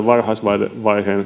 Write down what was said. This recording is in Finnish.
varhaisvaiheen